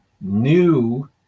new